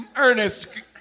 Ernest